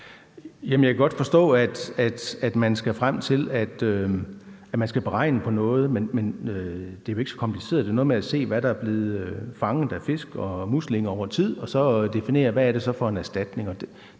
at man skal frem til, at man skal regne på noget, men det er jo ikke så kompliceret. Det er noget med at se på, hvad der er blevet fanget af fisk og muslinger over tid, og så definere, hvad det så er for en erstatning.